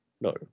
no